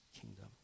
kingdom